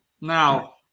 Now